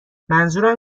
منظورم